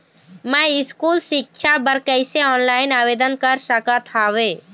मैं स्कूल सिक्छा बर कैसे ऑनलाइन आवेदन कर सकत हावे?